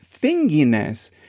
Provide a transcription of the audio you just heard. thinginess